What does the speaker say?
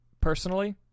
personally